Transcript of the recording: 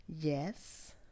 Yes